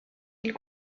ils